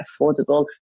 affordable